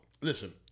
Listen